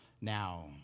now